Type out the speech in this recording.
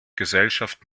gesellschaft